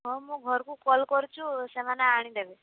ହଁ ମୁଁ ଘରକୁ କଲ୍ କରିଛି ସେମାନେ ଆଣିଦେବେ